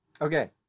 Okay